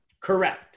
Correct